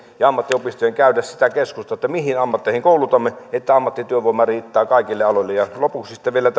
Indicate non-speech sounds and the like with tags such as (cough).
ja ammattiopistojen käydä sitä keskustelua että mihin ammatteihin koulutamme että ammattityövoimaa riittää kaikille aloille ja lopuksi sitten vielä (unintelligible)